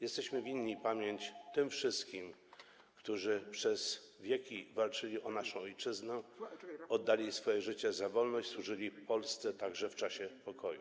Jesteśmy winni pamięć tym wszystkim, którzy przez wieki walczyli o naszą ojczyznę, oddali swoje życie za jej wolność, służyli Polsce także w czasie pokoju.